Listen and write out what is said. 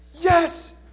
Yes